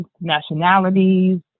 nationalities